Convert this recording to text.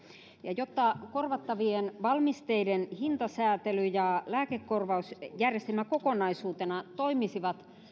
jotta korvattavien valmisteiden hintasääntely ja lääkekorvausjärjestelmä kokonaisuutena toimisivat